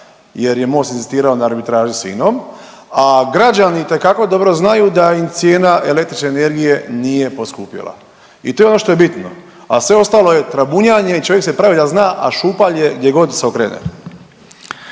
jer je MOST inzistirao na arbitraži s INOM, a građani itekako dobro znaju da im cijena električne energije nije poskupjela. I to je ono što je bitno, a sve ostalo je trabunjanje i čovjek se pravi da zna, a šupalj je gdje god se okrene.